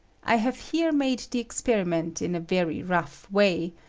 i have here made the experiment in a very rough way,